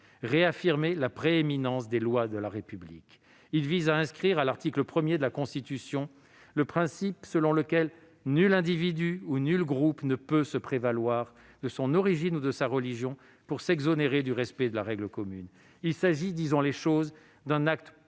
réaffirmer la prééminence des lois de la République. Il vise à inscrire, à l'article 1 de la Constitution, le principe selon lequel « nul individu ou nul groupe ne peut se prévaloir de son origine ou de sa religion pour s'exonérer du respect de la règle commune ». Il s'agit- disons les choses -d'un acte